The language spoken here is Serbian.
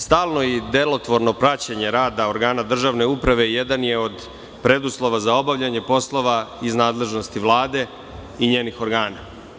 Stalno i delotvorno praćenje rada organa državne uprave jedan je od preduslova za obavljanje poslova iz nadležnosti Vlade i njenih organa.